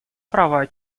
права